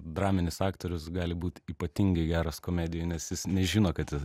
draminis aktorius gali būt ypatingai geras komedijoj nes jis nežino kad